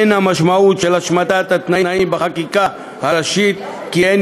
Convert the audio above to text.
אין המשמעות של השמטת התנאים בחקיקה הראשית כי אין